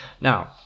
Now